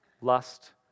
lust